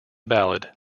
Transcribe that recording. ballad